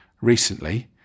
recently